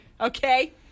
Okay